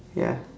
ya